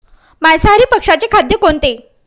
मांसाहारी पक्ष्याचे खाद्य कोणते?